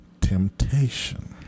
temptation